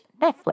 Netflix